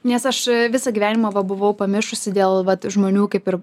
nes aš visą gyvenimą va buvau pamišusi dėl vat žmonių kaip ir